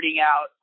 out